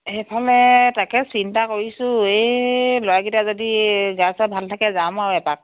সেইকাৰণে তাকে চিন্তা কৰিছোঁ এই ল'ৰাকেইটাৰ যদি গা চা ভাল থাকে যাম আৰু এপাক